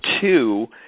two